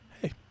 Hey